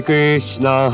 Krishna